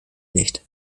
nicht